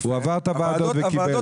אם הוא עבר את הוועדות וקיבל,